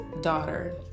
daughter